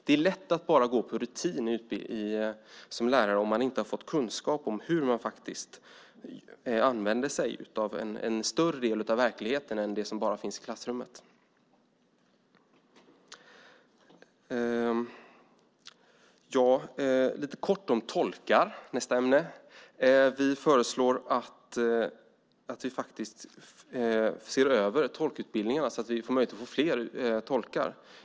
Det är lätt att bara gå på rutin som lärare om man inte har fått kunskap om hur man använder sig av en större del av verkligheten än den som finns i klassrummet. Nästa ämne är tolkar. Vi föreslår att tolkutbildningen ska ses över. Det måste bli fler tolkar.